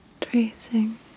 tracing